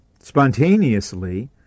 spontaneously